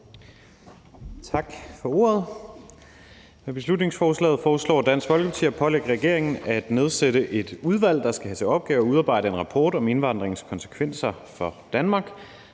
Tak for ordet. Med beslutningsforslaget foreslår Dansk Folkeparti at pålægge regeringen at nedsætte et udvalg, der skal have til opgave at udarbejde en rapport om indvandringens konsekvenser for Danmark,